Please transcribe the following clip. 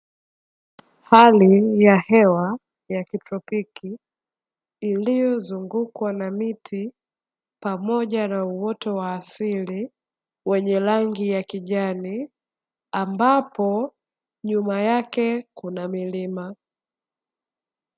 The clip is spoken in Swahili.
Hali ya hewa ya kitropiki iliyozungukwa na miti, pamoja na uoto wa asili wenye rangi ya kijani, ambapo nyuma yake kuna milima.